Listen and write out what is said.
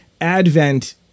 advent